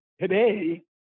today